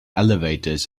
elevators